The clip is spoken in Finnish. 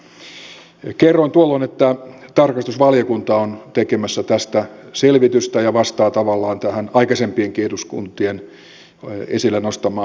kerroin tuolloin että tarkastusvaliokunta on tekemässä tästä selvitystä ja vastaa tavallaan tähän aikaisempienkin eduskuntien esille nostamaan haasteeseen